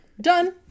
done